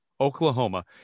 Oklahoma